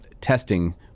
testing